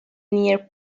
near